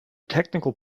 technical